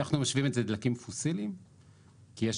משווים את זה דלקים פוסיליים כי יש